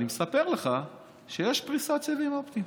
אני מספר לך שיש פריסת סיבים אופטיים,